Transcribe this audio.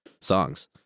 songs